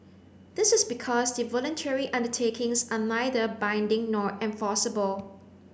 this is because the voluntary undertakings are neither binding nor enforceable